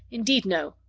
indeed no.